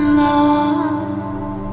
lost